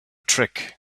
trick